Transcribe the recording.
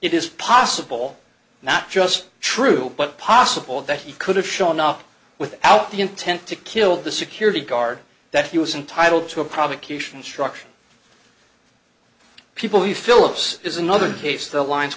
it is possible not just true but possible that he could have shown up without the intent to kill the security guard that he was entitled to a provocation instruction people who phillips is another case the lines